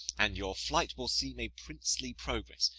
and your flight will seem a princely progress,